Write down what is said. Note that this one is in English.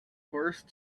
horse